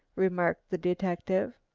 remarked the detective.